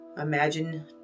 Imagine